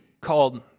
called